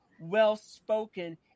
well-spoken